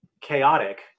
chaotic